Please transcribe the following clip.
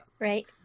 Right